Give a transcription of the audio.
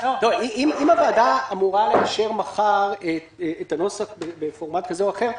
אם הוועדה אמורה לאשר מחר את הנוסח בפורמט כזה או אחר,